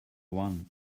one